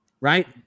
right